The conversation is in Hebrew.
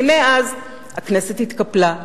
אז הכנסת התקפלה.